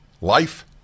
Life